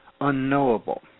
unknowable